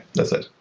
that's it.